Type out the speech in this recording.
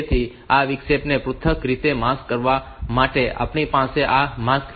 તેથી આ વિક્ષેપને પૃથક રીતે માસ્ક કરવા માટે આપણી પાસે આ માસ્ક ફ્લિપ ફ્લોપ M 7